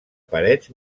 parets